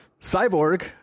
Cyborg